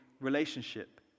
relationship